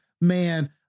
Man